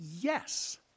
Yes